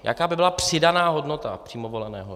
Jaká by byla přidaná hodnota přímo voleného?